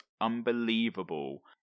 unbelievable